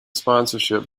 sponsorship